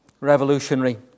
Revolutionary